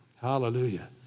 Hallelujah